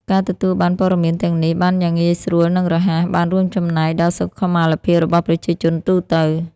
ការទទួលបានព័ត៌មានទាំងនេះបានយ៉ាងងាយស្រួល និងរហ័ស បាន រួមចំណែកដល់សុខុមាលភាព របស់ប្រជាជនទូទៅ។